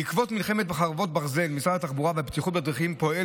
בעקבות מלחמת חרבות ברזל משרד התחבורה והבטיחות בדרכים פועל